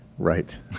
Right